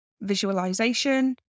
visualization